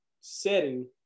setting